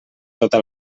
tota